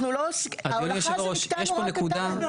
אנחנו לא, ההולכה זה מקטע נורא קטן.